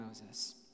Moses